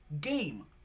game